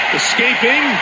escaping